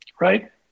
right